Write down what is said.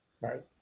Right